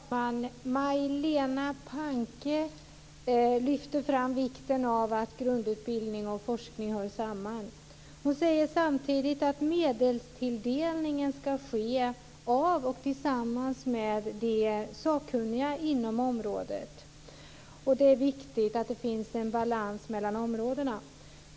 Herr talman! Majléne Westerlund Panke lyfte fram vikten av att grundutbildning och forskning hör samman. Hon sade samtidigt att medelstilldelningen ska ske av och tillsammans med de sakkunniga inom området och att det är viktigt att det finns en balans mellan områdena.